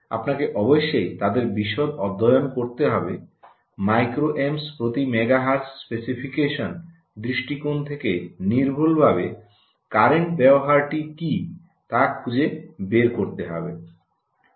আপনাকে অবশ্যই তাদের বিশদে অধ্যয়ন করতে হবে মাইক্রো অ্যাম্পস 𝛍A প্রতি মেগা হার্টজ স্পেসিফিকেশন দৃষ্টিকোণে থেকে নির্ভুলভাবে কারেন্ট ব্যবহারটি কী তা খুঁজে বের করতে হবে